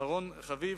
אחרון חביב,